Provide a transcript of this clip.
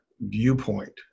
viewpoint